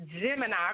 Gemini